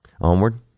Onward